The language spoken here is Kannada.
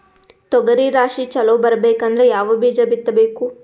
ತೊಗರಿ ರಾಶಿ ಚಲೋ ಬರಬೇಕಂದ್ರ ಯಾವ ಬೀಜ ಬಿತ್ತಬೇಕು?